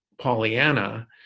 Pollyanna